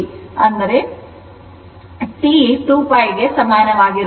T 2 π ಗೆ ಸಮಾನವಾಗಿರುತ್ತದೆ